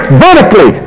vertically